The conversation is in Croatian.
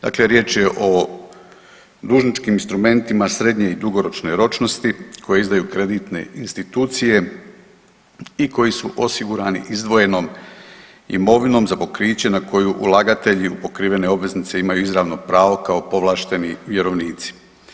Dakle riječ je o dužničkim instrumentima srednje i dugoročne ročnosti koje izdaju kreditne institucije i koji su osigurani izdvojenom imovinom za pokriće na koju ulagatelji pokrivene obveznice imaju izravno pravo kao povlašteni vjerovnici.